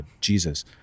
Jesus